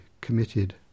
committed